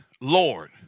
Lord